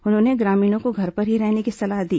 उन्होंने ग्रामीणों को घर पर रहने की सलाह दी